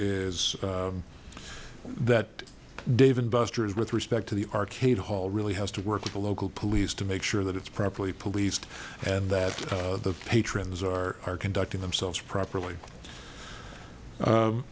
is that dave and busters with respect to the arcade hall really has to work with the local police to make sure that it's properly policed and that the patrons are conducting themselves properly